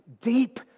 deep